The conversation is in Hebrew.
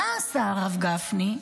מה עשה הרב גפני?